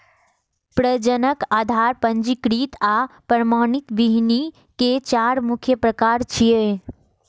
प्रजनक, आधार, पंजीकृत आ प्रमाणित बीहनि के चार मुख्य प्रकार छियै